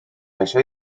eisiau